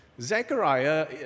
Zechariah